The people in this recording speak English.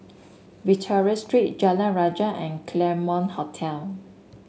Victoria Street Jalan Rajah and Claremont Hotel